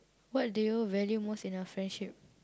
what do you value most in your friendship